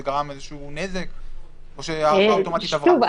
זה גרם איזה נזק או שההארכה האוטומטית עברה בסדר?